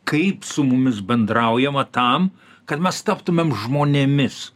kaip su mumis bendraujama tam kad mes taptumėm žmonėmis